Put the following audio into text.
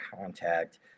contact